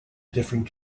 different